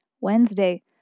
Wednesday